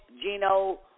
Gino